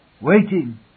Waiting